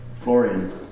Florian